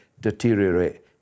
deteriorate